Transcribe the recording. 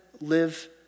live